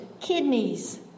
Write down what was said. kidneys